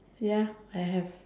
ya I have